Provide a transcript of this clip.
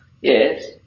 yes